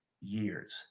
years